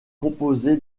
composé